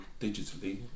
digitally